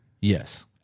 Yes